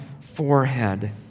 forehead